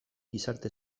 gizarte